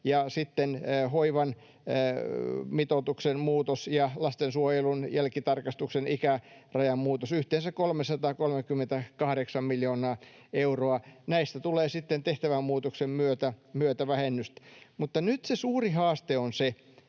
hoivan mitoituksen muutos ja lastensuojelun jälkitarkastuksen ikärajan muutos. Yhteensä 338 miljoonaa euroa näistä tulee sitten tehtävän muutoksen myötä vähennystä. Nyt se suuri haaste on se,